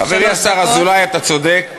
חברי השר אזולאי, אתה צודק.